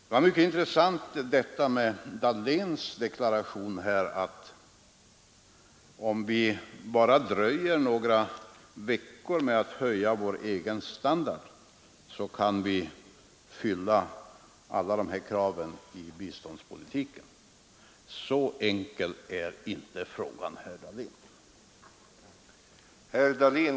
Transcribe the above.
Herr Dahlén gjorde en mycket intressant deklaration då han sade, att om vi bara dröjer några veckor med att höja vår egen standard så kan vi fylla alla krav i biståndspolitiken. Så enkel är inte frågan, herr Dahlén.